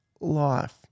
life